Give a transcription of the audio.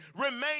remain